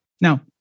Now